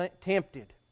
tempted